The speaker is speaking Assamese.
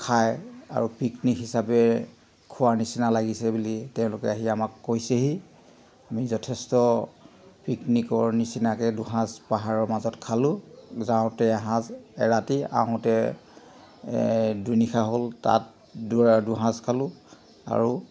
খায় আৰু পিকনিক হিচাপে খোৱাৰ নিচিনা লাগিছে বুলি তেওঁলোকে আহি আমাক কৈছেহি আমি যথেষ্ট পিকনিকৰ নিচিনাকৈ দুসাঁজ পাহাৰৰ মাজত খালোঁ যাওঁতে এসাঁজ এৰাতি আহোঁতে দুইনিশা হ'ল তাত দুসাঁজ খালোঁ আৰু